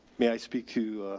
may i speak to,